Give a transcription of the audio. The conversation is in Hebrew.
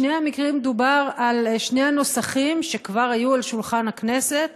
בשני המקרים דובר על שני הנוסחים שכבר היו על שולחן הכנסת,